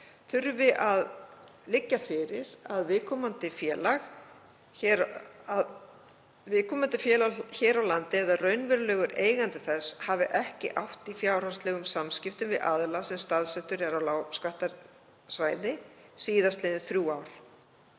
þurfi að liggja fyrir að viðkomandi félag hér á landi eða raunverulegur eigandi þess hafi ekki átt í fjárhagslegum samskiptum við aðila sem staðsettur er á lágskattasvæði síðastliðin þrjú ár.